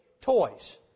toys